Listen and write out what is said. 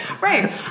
Right